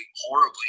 horribly